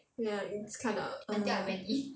ya it's kind of err